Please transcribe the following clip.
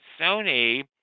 Sony